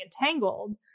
entangled